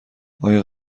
آیا